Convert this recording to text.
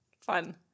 Fun